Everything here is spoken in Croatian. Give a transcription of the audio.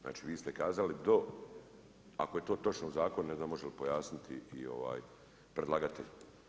Znači vi ste kazali do ako je to točno u zakonu ne znam može li pojasniti i predlagatelj.